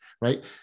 right